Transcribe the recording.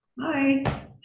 Hi